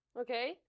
Okay